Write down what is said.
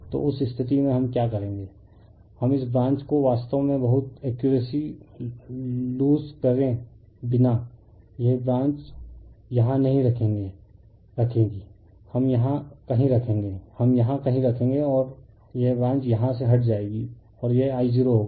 तो उस स्थिति में हम क्या करेंगे हम इस ब्रांच को वास्तव में बहुत एक्यूरेसी लूस करे बिना करेंगे यह ब्रांच यहां कहीं रखेगी हम यहां कहीं रखेंगे हम यहां कहीं रखेंगे और यह ब्रांच यहां से हट जाएगी और यह I0 होगा